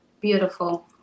Beautiful